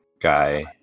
guy